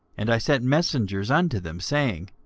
and i sent messengers unto them, saying,